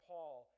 Paul